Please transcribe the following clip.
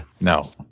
No